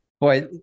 Boy